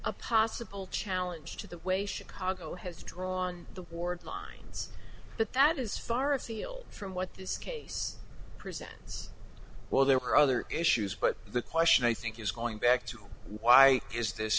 a possible challenge to the way chicago has drawn the board lines but that is far afield from what this case presents well there are other issues but the question i think is going back to why is this